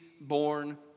born